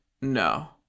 No